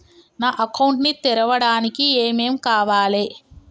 నా అకౌంట్ ని తెరవడానికి ఏం ఏం కావాలే?